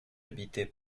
habité